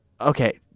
okay